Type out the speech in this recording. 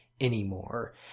anymore